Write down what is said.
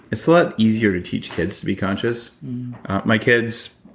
it's a lot easier to teach kids to be conscious my kids.